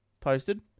posted